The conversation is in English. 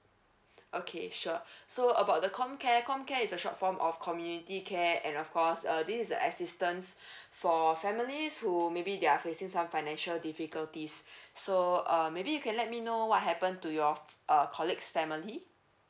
okay sure so about the com care com care is a short form of community care and of course uh this is the assistance for families who maybe they are facing some financial difficulties so uh maybe you can let me know what happen to your err colleagues family